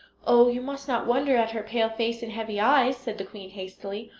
oh, you must not wonder at her pale face and heavy eyes said the queen hastily,